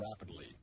rapidly